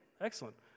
excellent